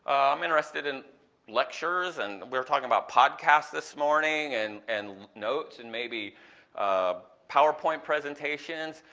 i'm interested in lectures and we were talking about podcasts this morning and and notes and maybe a powerpoint presentations,